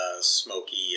smoky